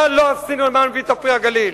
מה לא עשינו למען "ויטה פרי הגליל"?